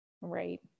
Right